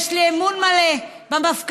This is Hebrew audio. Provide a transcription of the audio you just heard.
יש לי אמון מלא במפכ"ל.